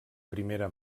primera